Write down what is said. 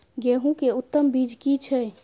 गेहूं के उत्तम बीज की छै?